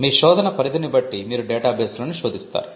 మీ శోధన పరిధిని బట్టి మీరు డేటాబేస్లను శోధిస్తారు